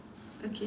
okay